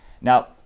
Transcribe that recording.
Now